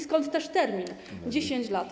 Skąd też termin, 10 lat?